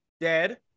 dead